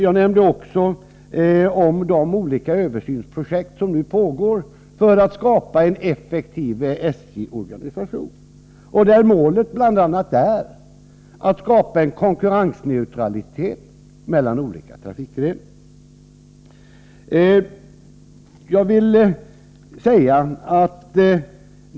Jag nämnde också de olika översynsprojekt som nu pågår för att skapa en effektiv SJ-organisation och där målet bl.a. är att skapa en konkurrensneutralitet mellan olika trafikgrenar.